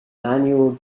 manual